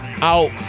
out